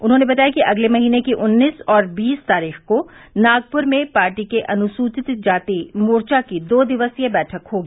उन्होंने बताया कि अगले महीने की उन्नीस और बीस तारीख को नागपुर में पार्टी के अनुसूचित जाति मोर्चा की दो दिवसीय बैठक होगी